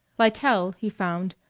lytell, he found,